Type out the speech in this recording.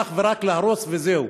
אך ורק להרוס וזהו,